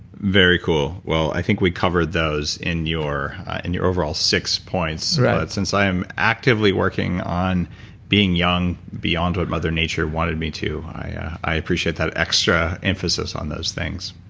very cool. well, i think we covered those in your and your overall six points. but since i am actively working on being young beyond what mother nature wanted me to, i appreciate that extra emphasis on those things